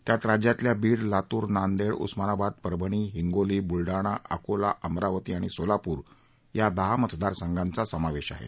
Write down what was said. त्यात राज्यातल्या बीड लातूर नांदेड उस्मानाबाद परभणी हिंगोली बुलडाणा अकोला अमरावती आणि सोलापूर या दहा मतदार संघाचा समावेश आहे